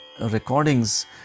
recordings